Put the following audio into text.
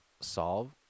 solve